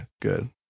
good